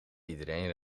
iedereen